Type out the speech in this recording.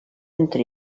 entre